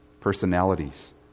personalities